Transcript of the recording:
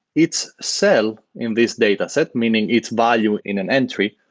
it's cell in this dataset, meaning its value in an entry,